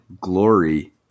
glory